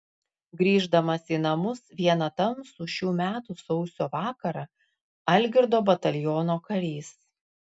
grįždamas į namus vieną tamsų šių metų sausio vakarą algirdo bataliono karys